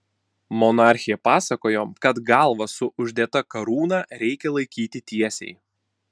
monarchė pasakojo kad galvą su uždėta karūna reikia laikyti tiesiai